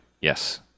Yes